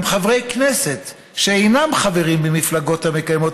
גם חברי כנסת שאינם חברים במפלגות המקיימות